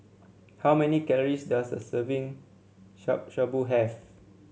how many calories does a serving Shabu Shabu have